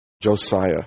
Josiah